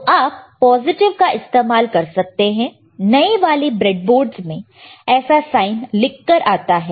तो आप पॉजिटिव का इस्तेमाल कर सकते हैं नए वाले ब्रेडबोर्डस में ऐसा साइन लिखकर आता है